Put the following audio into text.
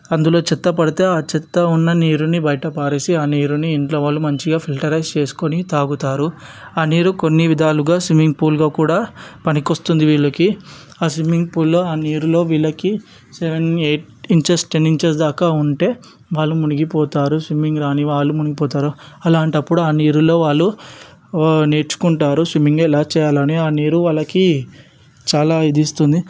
అందులో చెత్త పడితే ఆ చెత్త ఉన్న నీరుని బయట పారేసి ఆ నీరుని ఇంట్లో వాళ్ళు మంచిగా ఫిల్టర్స్ చేసుకొని తాగుతారు ఆ నీరు కొన్ని విధాలుగా స్విమ్మింగ్ పూల్గా కూడా పనికొస్తుంది వీళ్ళకి ఆ సిమ్మింగ్ పూల్లో ఆ నీరులో వీళ్ళకి seven eight inches ten inches దాకా ఉంటే వాళ్ళు మునిగిపోతారు స్విమ్మింగ్ రాని వాళ్ళు మునిగిపోతారు అలాంటప్పుడు ఆ నీరులో వాళ్ళు నేర్చుకుంటారు స్విమ్మింగ్ ఎలా చేయాలి అని ఆ నీరు వాళ్ళకి చాలా ఇది ఇస్తుంది